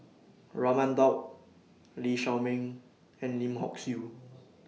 Raman Daud Lee Shao Meng and Lim Hock Siew